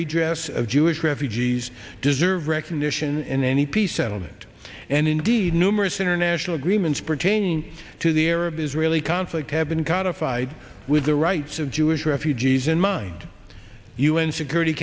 redress of jewish refugees deserve recognition in any peace settlement and indeed numerous international agreements pertaining to the arab israeli conflict have been codified with the rights of jewish refugees in mind un security